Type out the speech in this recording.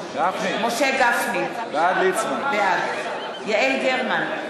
בעד יעל גרמן,